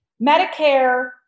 Medicare